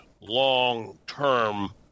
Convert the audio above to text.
long-term